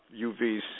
UVC